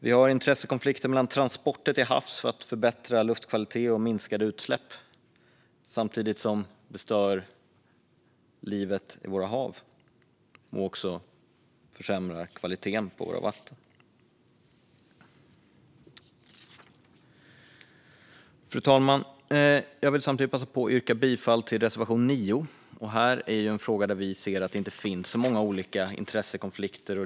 Vi har intressekonflikter när det gäller transporter till havs för att förbättra luftkvalitet och minska utsläpp. Det stör samtidigt livet i våra hav och försämrar kvaliteten på våra vatten. Fru talman! Jag vill passa på att yrka bifall till reservation 9. Det är en fråga där vi ser att det inte finns många intressekonflikter.